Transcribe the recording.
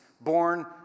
born